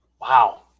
Wow